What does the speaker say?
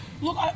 Look